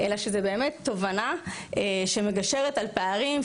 אלא שזו באמת תובנה שמגשרת על פערים,